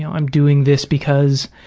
know, i'm doing this because,